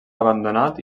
abandonat